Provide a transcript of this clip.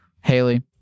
Haley